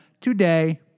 today